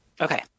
Okay